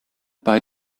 bei